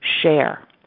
share